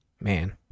Man